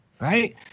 right